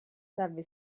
salve